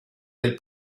del